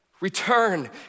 return